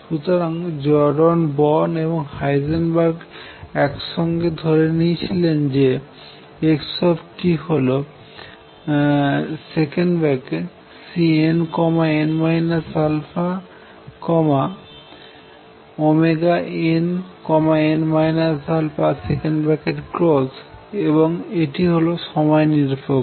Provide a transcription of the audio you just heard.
সুতরাং Jordan Born এবং Heisenberg একসঙ্গে ধরে নিয়েছিলেন যে x হল Cnn α nn α এবং এটি হল সময় নিরপেক্ষ